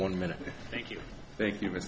one minute thank you thank you